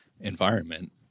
environment